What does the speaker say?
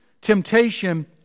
temptation